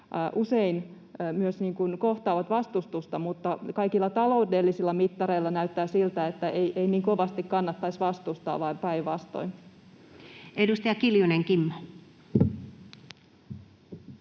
usein myös kohtaavat vastustusta. Kaikilla taloudellisilla mittareilla näyttää siltä, että ei niin kovasti kannattaisi vastustaa vaan päinvastoin. [Speech 108]